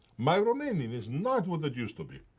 my romanian is not what it used to be.